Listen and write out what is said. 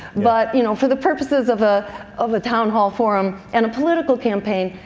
but you know for the purposes of ah of a town hall forum, and a political campaign,